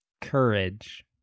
Courage